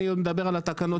אני מדבר על התקנות שלנו.